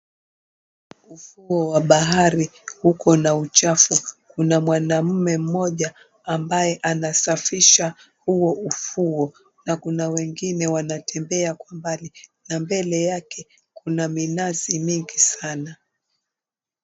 Ufuo wa bahari uko na uchafu. 𝐾una mwanaume mmoja ambaye anasafisha huo ufuo na kuna wengine wanatembea kwa mbali na mbele yake kuna minazi mingi saana.